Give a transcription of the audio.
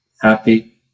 happy